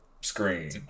screen